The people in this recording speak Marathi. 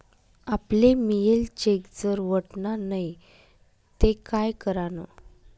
आपले मियेल चेक जर वटना नै ते काय करानं?